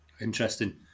interesting